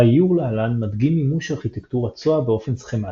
האיור להלן מדגים מימוש ארכיטקטורת SOA באופן סכמטי.